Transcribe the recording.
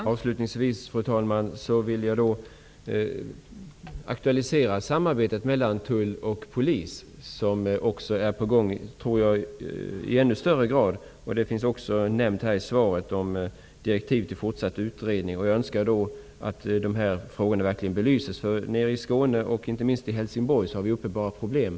Fru talman! Avslutningsvis vill jag aktualisera samarbetet mellan tull och polis. Jag tror att det i hög grad är på gång. I svaret står det också nämnt att regeringen har lämnat direktiv till fortsatt utredning. Jag önskar att dessa frågor verkligen belyses. Nere i Skåne, inte minst i Helsingborg, finns det uppenbara problem.